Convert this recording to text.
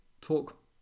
talk